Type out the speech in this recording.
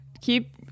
keep